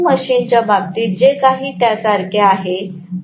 आपण डीसी मशीनच्या बाबतीत जे केले त्यासारखेच आहे